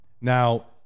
now